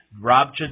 Rob